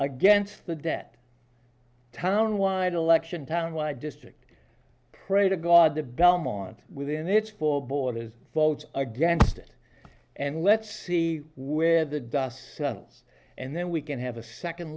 against the debt town wide election town wide district pray to god the belmont within its four borders votes against it and let's see where the dust settles and then we can have a second